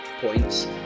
points